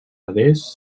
adés